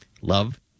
Love